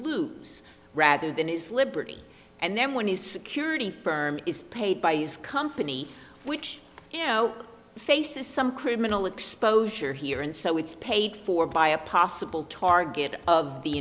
lose rather than his liberty and then when his security firm is paid by his company which now faces some criminal exposure here and so it's paid for by a possible target of the